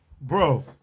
Bro